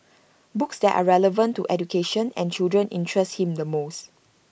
books that are relevant to education and children interest him the most